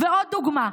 עוד דוגמה,